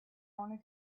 only